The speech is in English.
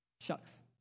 shucks